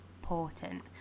important